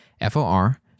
F-O-R